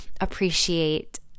appreciate